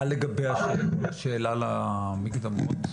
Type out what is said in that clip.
מה לגבי השאלה על המקדמות?